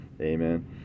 Amen